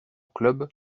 club